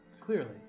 Clearly